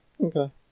Okay